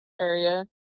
area